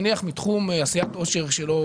נניח מתחום עשיית עושר שלא